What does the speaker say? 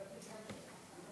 חמש דקות.